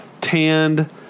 Tanned